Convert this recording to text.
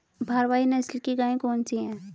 भारवाही नस्ल की गायें कौन सी हैं?